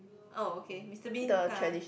oh okay Mister Bean car